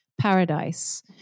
paradise